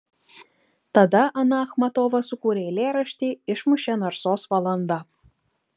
tada ana achmatova sukūrė eilėraštį išmušė narsos valanda